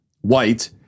white